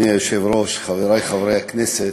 אדוני היושב-ראש, חברי חברי הכנסת,